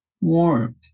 warmth